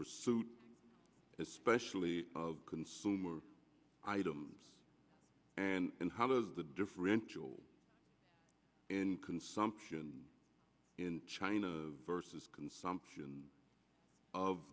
pursuit especially of consumer items and how does the differential in consumption in china versus consumption